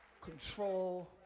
control